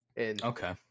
Okay